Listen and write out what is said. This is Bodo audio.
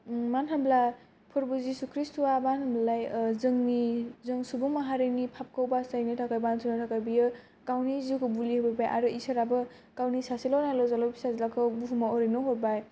मानो होनोब्ला फोरबु जिसु खृष्ट आ जोंनि जों सुबुं माहारिनि बासायनो थाखाय बानस'नो थाखाय बियो गावनि जिउखौ बुलि होबोबाय आरो इसोराबो गावनि नायल' जाल' सासेल' फिसाज्लाखौ बुहुमाव ओरैनो हरबाय